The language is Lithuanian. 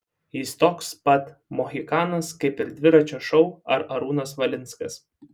jis toks pat mohikanas kaip ir dviračio šou ar arūnas valinskas